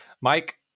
Mike